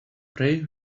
pray